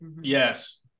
Yes